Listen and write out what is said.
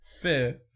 fair